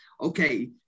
okay